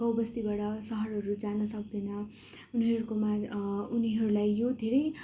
गाउँबस्तीबाट सहरहरू जान सक्दैन उनीहरूको माग उनीहरूलाई यो धेरै